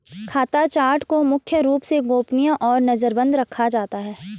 खाता चार्ट को मुख्य रूप से गोपनीय और नजरबन्द रखा जाता है